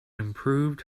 improved